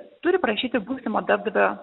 turi prašyti būsimo darbdavio